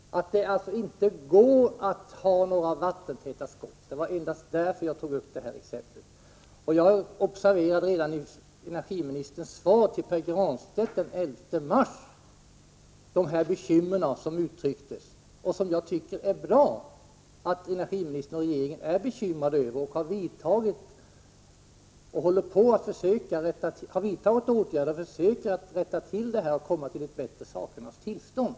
Det går inte att tro att det finns några vattentäta skott mellan dessa. Jag observerade redan i det svar som energiministern gav den 11 mars till Pär Granstedt att regeringen uttryckte bekymmer för detta. Jag tycker det är bra att energiministern och regeringen är bekymrade och har vidtagit åtgärder för att försöka rätta till missförhållandena och komma fram till ett bättre sakernas tillstånd.